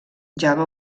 java